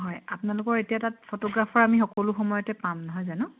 হয় আপোনালোকৰ এতিয়া তাত ফটোগ্ৰাফাৰ আমি সকলো সময়তে পাম নহয় জানো